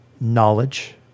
knowledge